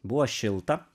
buvo šilta